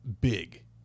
big